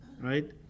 right